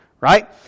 right